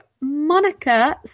Monica